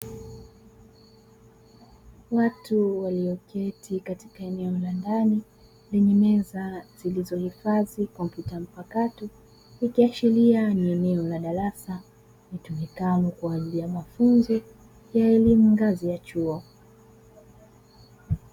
Watu waliyoketi katika eneo la ndani lenye meza zilizohifadhi kompyuta mpakato ikiashiria ni eneo la darasa litumikalo kwa ajili ya mafunzo ya elimu ngazi ya chuo.